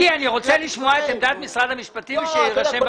אני רוצה לשמוע את עמדת משרד המשפטים ושהיא תירשם בפרוטוקול.